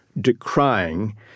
decrying